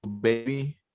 baby